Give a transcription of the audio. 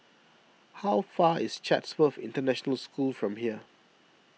how far is Chatsworth International School from here